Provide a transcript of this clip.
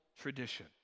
tradition